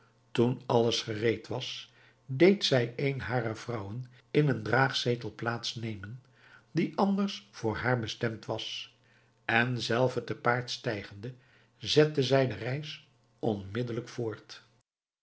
toen alles gereed was deed zij een harer vrouwen in den draagzetel plaats nemen die anders voor haar bestemd was en zelve te paard stijgende zette zij de reis onmiddelijk voort